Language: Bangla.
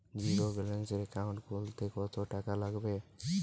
জিরোব্যেলেন্সের একাউন্ট খুলতে কত টাকা লাগবে?